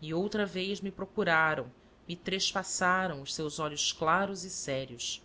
e outra vez me procuraram me trespassaram os seus olhos claros e sérios